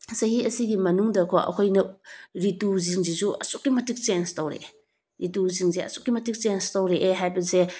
ꯆꯍꯤ ꯑꯁꯤꯒꯤ ꯃꯅꯨꯡꯗꯀꯣ ꯑꯩꯈꯣꯏꯅ ꯔꯤꯇꯨꯁꯤꯡꯁꯤꯁꯨ ꯑꯁꯨꯛꯀꯤ ꯃꯇꯤꯛ ꯆꯦꯟꯖ ꯇꯧꯔꯛꯑꯦ ꯔꯤꯇꯨꯁꯤꯡꯁꯦ ꯑꯁꯨꯛꯀꯤ ꯃꯇꯤꯛ ꯆꯦꯟꯖ ꯇꯧꯔꯛꯑꯦ ꯍꯥꯏꯕꯁꯦ